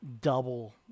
double